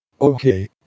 Okay